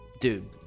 dude